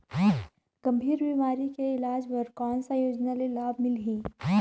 गंभीर बीमारी के इलाज बर कौन सा योजना ले लाभ मिलही?